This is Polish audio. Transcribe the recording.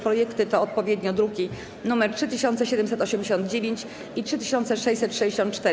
Projekty to odpowiednio druki nr 3789 i 3664.